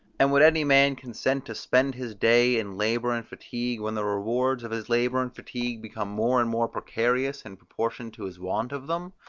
and would any man consent to spend his day in labour and fatigue, when the rewards of his labour and fatigue became more and more precarious in proportion to his want of them?